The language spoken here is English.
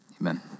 Amen